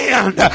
end